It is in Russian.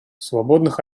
свободных